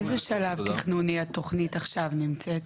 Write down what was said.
באיזה שלב תכנוני התוכנית עכשיו נמצאת?